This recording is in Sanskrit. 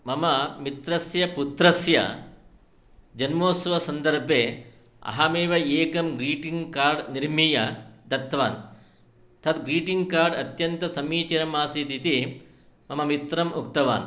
मम मित्रस्य पुत्रस्य जनमोत्सवसन्दर्भे अहमेव एकं ग्रीटिङ्ग् कार्ड् निर्मीय दत्तवान् तत् ग्रीटिङ्ग् कार्ड् अत्यन्तं समीचीनम् आसीदिति मम मित्रम् उक्तवान्